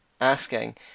asking